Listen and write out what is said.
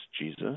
Jesus